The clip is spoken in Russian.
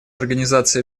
организация